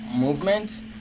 movement